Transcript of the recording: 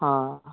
हां